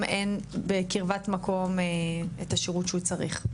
אין בקרבת מקום את השירות שהוא צריך?